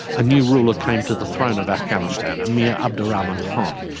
a new ruler came to the throne of afghanistan, emir abdur rahman khan.